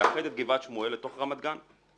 לאחד את גבעת שמואל לתוך רמת גן,